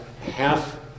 half